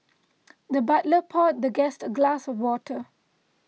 the butler poured the guest a glass of water